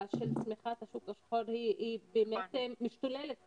של צמיחת השוק השחור משתוללת פשוט.